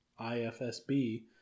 IFSB